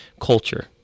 culture